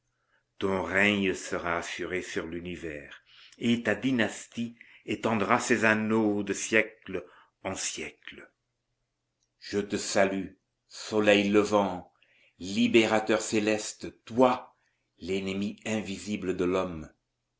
ton règne sera assuré sur l'univers et ta dynastie étendra ses anneaux de siècle en siècle je te salue soleil levant libérateur céleste toi l'ennemi invisible de l'homme